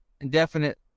indefinite